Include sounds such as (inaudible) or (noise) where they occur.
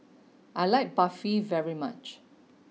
(noise) I like Barfi very much